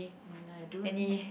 I don't